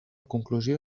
conclusió